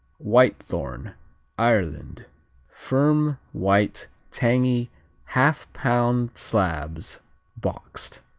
whitethorn ireland firm white tangy half-pound slabs boxed.